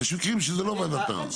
ויש מקרים שזה לא ועדת ערער.